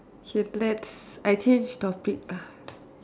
should let's I change topic ah